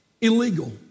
illegal